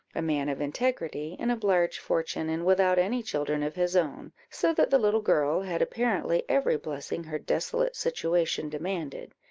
a man of integrity and of large fortune, and without any children of his own so that the little girl had apparently every blessing her desolate situation demanded,